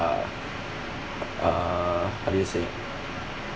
uh uh how do you say